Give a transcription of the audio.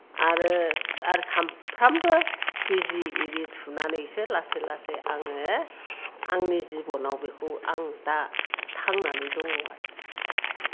आरो सामफ्रामबो बिजि आरि थुनानैसो लासै लासै आङो आंनि जिबनाव बेखौ आं दा थांनानै दङ आरो दासिम